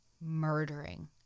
murdering